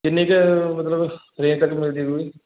ਕਿੰਨੀ ਕੁ ਮਤਲਬ ਰੇਂਜ ਤੱਕ ਮਿਲਜੂਗੀ